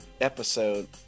episode